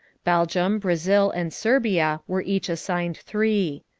belgium, brazil, and serbia were each assigned three.